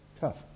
tough